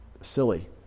silly